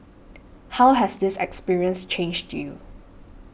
how has this experience changed you